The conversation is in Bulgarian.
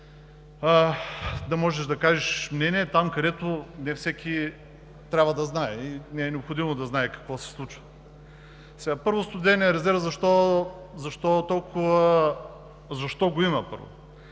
да можеш да кажеш мнение там, където не всеки трябва да знае и не е необходимо да знае какво се случва. Първо студеният резерв защо го има?!